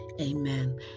Amen